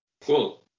Cool